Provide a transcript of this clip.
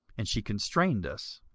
and she constrained us.